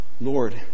Lord